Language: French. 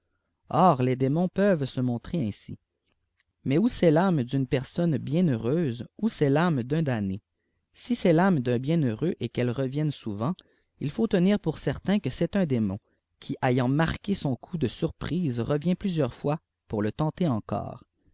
or les démons peuvent se montrer ainsi mais ou c'est rame d'une personne bienheureuse ou c'est l'iuiàe d'un dsunmé si c'est l'àme d'un bienheureux et qu'elle revienne souvent il faut tenir pour certain que c'est un démon qui ayant manqué ont coup de surprise revient plusieurs fois pour le ietàer eaeore